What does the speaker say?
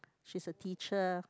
she's a teacher